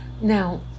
Now